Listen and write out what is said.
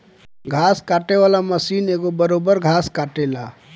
घास काटे वाला मशीन एक बरोब्बर घास काटेला